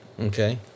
Okay